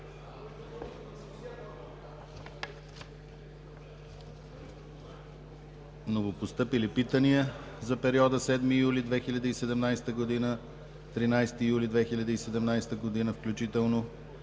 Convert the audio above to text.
Новопостъпили питания за периода 7 юли 2017 г. – 13 юли 2017 г. включително: